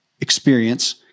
experience